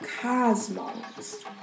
cosmos